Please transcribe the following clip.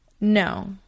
No